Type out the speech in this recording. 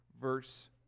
verse